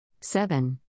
Seven